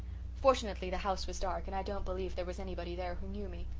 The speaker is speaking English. fortunately the house was dark, and i don't believe there was anybody there who knew me.